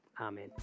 Amen